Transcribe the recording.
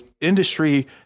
industry